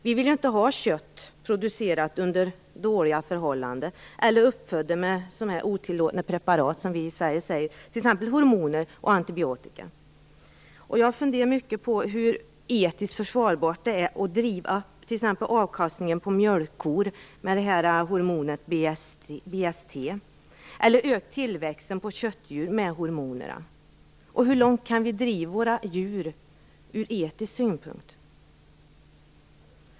Vi vill inte ha kött som är producerat under dåliga förhållanden eller från djur som är uppfödda med sådana här otillåtna preparat, som vi säger i Sverige, t.ex. hormoner och antibiotika. Jag har funderat mycket över hur etiskt försvarbart det är att driva avkastningen på mjölkkor med hormonet BST eller öka tillväxten på köttdjur med hormonerna. Hur långt kan vi driva våra djur ur etisk synpunkt?